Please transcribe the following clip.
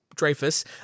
Dreyfus